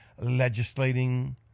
legislating